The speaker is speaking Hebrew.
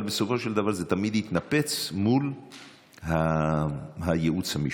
אבל בסופו של דבר זה תמיד התנפץ מול הייעוץ המשפטי.